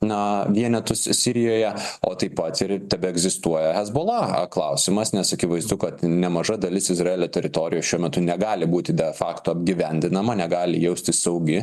na vienetus sirijoje o taip pat ir tebeegzistuoja hezbola klausimas nes akivaizdu kad nemaža dalis izraelio teritorijos šiuo metu negali būti be fakto apgyvendinama negali jaustis saugi